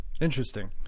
Interesting